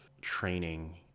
training